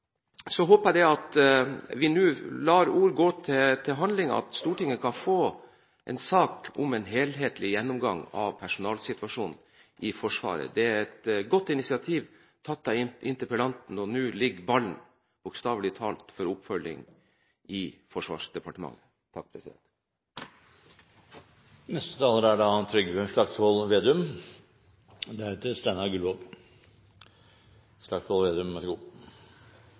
Jeg håper vi nå lar ord bli til handling, og at Stortinget får en sak om en helhetlig gjennomgang av personellsituasjonen i Forsvaret. Det er et godt initiativ interpellanten har tatt. Nå ligger ballen – bokstavelig talt – til oppfølging i Forsvarsdepartementet. I mange debatter er